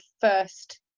first